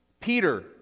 Peter